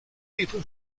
people